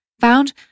found